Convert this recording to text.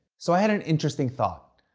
so i had an interesting thought.